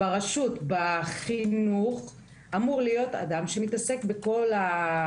ברשות בחינוך אמור להיות אדם שמתעסק בהכול.